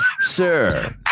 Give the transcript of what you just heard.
sir